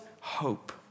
hope